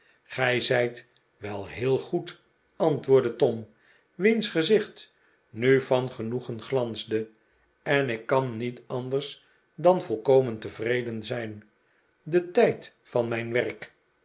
gij zijt wel heel goed antwoordde tom wiens gezicht nu van genoegen glansde en ik kan niet anders dan volkomen tevreden zijn de tijd van mijn werk